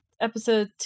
episode